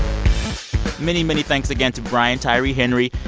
many, many thanks again to brian tyree henry.